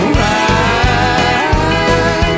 right